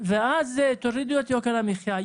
ואז תורידו את יוקר המחיה.